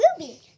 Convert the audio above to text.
Ruby